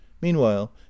meanwhile